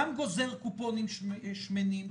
גם גוזר קופונים שמנים,